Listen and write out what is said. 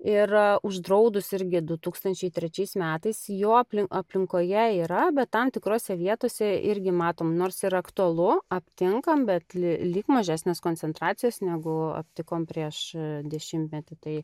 ir uždraudus irgi du tūkstančiai trečiais metais jo aplink aplinkoje yra bet tam tikrose vietose irgi matom nors ir aktualu aptinkam bet lyg mažesnės koncentracijos negu aptikom prieš dešimtmetį tai